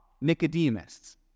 Nicodemus